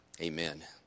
Amen